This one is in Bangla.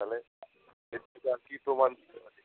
তাহলে এর থেকে আর কী প্রমাণ দিতে পারি